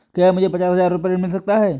क्या मुझे पचास हजार रूपए ऋण मिल सकता है?